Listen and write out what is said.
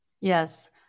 Yes